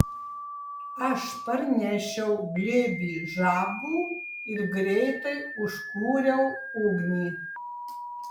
aš parnešiau glėbį žabų ir greitai užkūriau ugnį